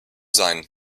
sein